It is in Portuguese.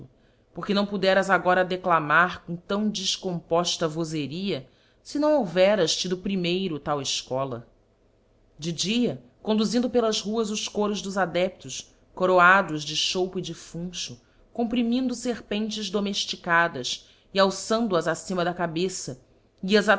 porque não poderás agora declamar com tão defcompofta vozeria fe não houveras tido primeiro tal efcola de dia conduzindo pelas ruas os coros dos adeptos coroados de choupo e de funcho comprimindo ferpentes domefticadas e alçando as acima da cabeça ias